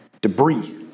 debris